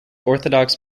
orthodox